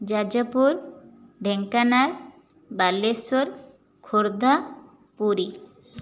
Jajpur Dhenkanal Balasore Khordha Puri